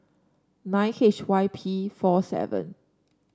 nine H Y P four seven